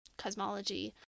cosmology